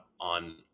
on